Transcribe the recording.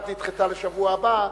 אחת נדחתה לשבוע הבא,